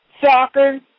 soccer